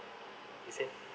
he said